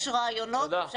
יש רעיונות ואפשר לעשות זאת.